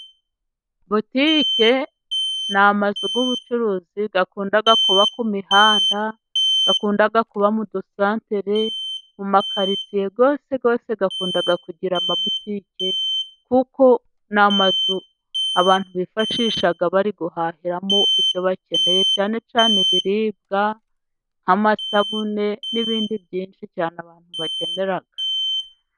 Botique ni amazu y'ubucuruzi akunda kuba ku mihanda, akunda kuba mu dusantere, mu makaritsyie, yose yose akunda kugira amabotique, kuko n'amazu abantu bifashisha bari guhahiramo ibyo bakeneye, cyane cyane ibibwa, nk'amasabune n'ibindi byinshi cyane abantu bakenera.